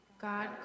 God